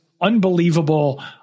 unbelievable